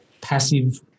passive